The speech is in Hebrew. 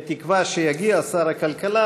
בתקווה שיגיע שר הכלכלה,